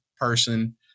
person